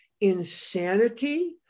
insanity